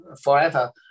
forever